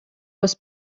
was